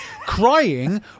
crying